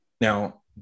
Now